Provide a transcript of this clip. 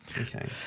Okay